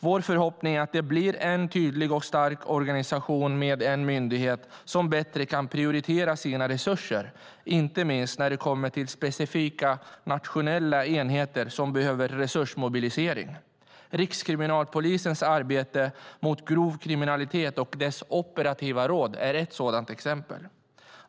Vår förhoppning är att det blir en tydlig och stark organisation med en myndighet som bättre kan prioritera sina resurser, inte minst när det kommer till specifika nationella enheter som behöver resursmobilisering. Rikskriminalpolisens arbete mot grov kriminalitet och det operativa rådet är exempel på det.